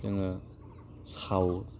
जोङो सावो